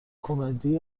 کمدی